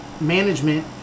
management